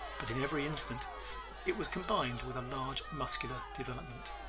but in every instance it was combined with a large muscular development.